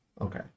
Okay